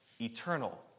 Eternal